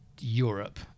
europe